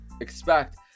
expect